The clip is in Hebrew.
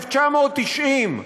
1990,